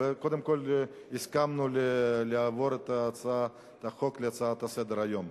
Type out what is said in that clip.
קודם כול הסכמנו להעביר את הצעת החוק להצעה לסדר-היום.